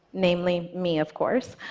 namely me of course,